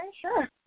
Sure